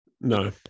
No